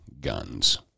guns